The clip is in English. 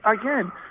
again